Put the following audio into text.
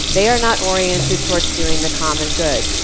they are not oriented towards doing the common good.